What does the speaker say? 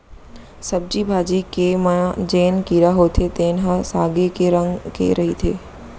सब्जी भाजी के म जेन कीरा होथे तेन ह सागे के रंग के रहिथे